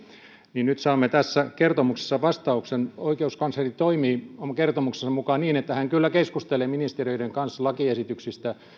niin nyt saamme tässä kertomuksessa vastauksen oikeuskansleri toimii oman kertomuksensa mukaan niin että hän kyllä keskustelee ministeriöiden kanssa lakiesityksistä